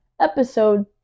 episode